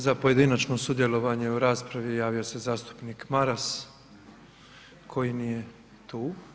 Za pojedinačno sudjelovanje u raspravi javio se zastupnik Maras koji nije tu.